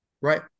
Right